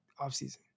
offseason